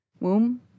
Womb